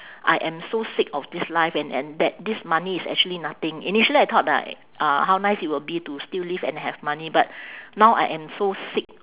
I am so sick of this life and and that this money is actually nothing initially I thought that uh how nice it would be to still live and have money but now I am so sick